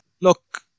Look